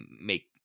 make